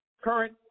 current